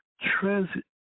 Transit